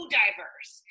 diverse